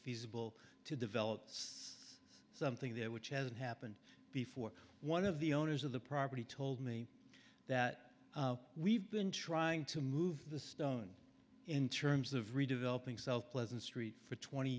feasible to develop us something there which hasn't happened before one of the owners of the property told me that we've been trying to move the stone in terms of redeveloping south pleasant street for twenty